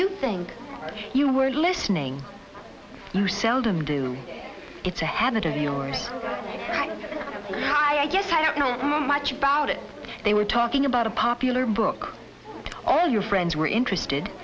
you think you were listening to seldom do it's a habit of the order i guess i don't know much about it they were talking about a popular book all your friends were interested